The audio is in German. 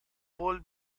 wohl